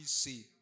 see